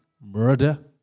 murder